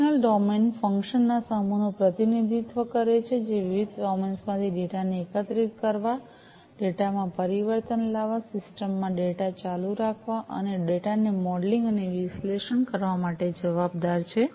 functional domain function ના સમૂહનું પ્રતિનિધિત્વ કરે છે જે વિવિધ ડોમેન્સમાંથી ડેટાને એકત્રીત કરવા ડેટામાં પરિવર્તન લાવવા સિસ્ટમમાં ડેટા ચાલુ રાખવા અને ડેટાને મોડેલિંગ અને વિશ્લેષણ કરવા માટે જવાબદાર છે